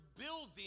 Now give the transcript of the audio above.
building